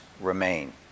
remain